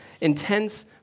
intense